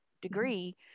degree